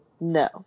No